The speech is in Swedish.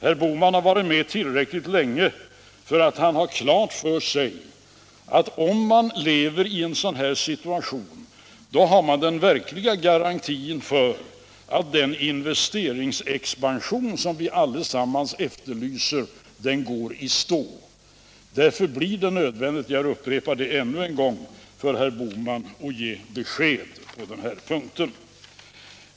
Herr Bohman har varit med tillräckligt länge för att han skall ha klart för sig att i en sådan här situation finns den verkliga risken för att den investeringsexpansion som vi alla efterlyser skall gå i stå. Därför blir det nödvändigt — jag upprepar det ännu en gång — för herr Bohman att ge besked på den här punkten.